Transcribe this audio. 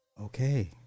Okay